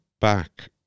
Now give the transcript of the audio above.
back